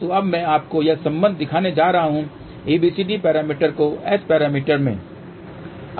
तो अब मैं आपको वह संबंध दिखाने जा रहा हूं ABCD पैरामीटरparameter को S पैरामीटर मे